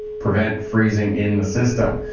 prevents freezing in the system